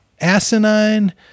asinine